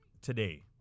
today